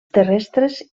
terrestres